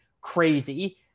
crazy